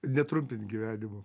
netrumpint gyvenimų